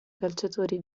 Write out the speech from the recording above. calciatori